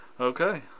Okay